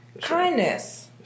kindness